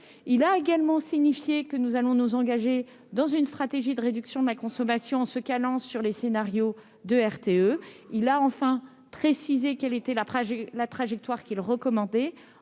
il a également signifié que nous allons nous engager dans une stratégie de réduction de la consommation en se calant sur les scénarios de RTE, il a enfin précisé qu'elle était la trajet la trajectoire qu'recommandé